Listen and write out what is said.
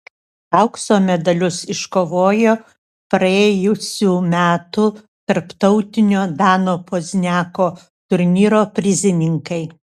aukso medalius iškovojo praėjusių metų tarptautinio dano pozniako turnyro prizininkai